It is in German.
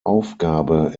aufgabe